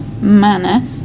manner